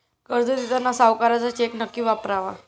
कर्ज देताना सावकाराचा चेक नक्की वापरावा